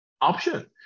option